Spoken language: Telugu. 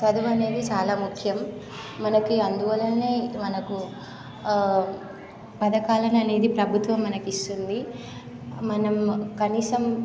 చదువు అనేది చాలా ముఖ్యం మనకి అందువలనే మనకు పథకాలను అనేది ప్రభుత్వం మనకు ఇస్తుంది మనం కనీసం